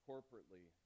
Corporately